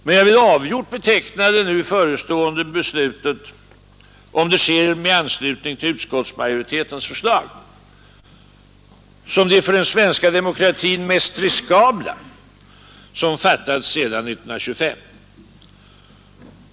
Men jag vill avgjort beteckna det nu förestående beslutet, om det sker med anslutning till utskottsmajoritetens förslag, som det för den svenska demokratin mest riskfyllda som fattats sedan 1925.